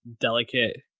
delicate